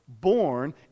Born